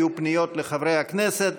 יהיו פניות לחברי הכנסת.